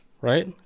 right